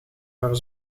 waar